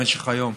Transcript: במשך היום,